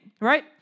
right